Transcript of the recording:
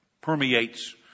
permeates